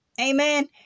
Amen